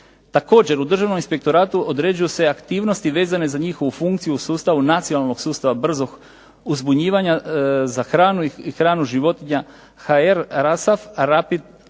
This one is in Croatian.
Također, u Državnom inspektoratu određuju se aktivnosti vezane za njihovu funkciju u sustavu Nacionalnog sustava brzog uzbunjivanja za hranu i hranu životinja "HR